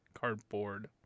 Cardboard